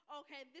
okay